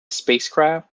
spacecraft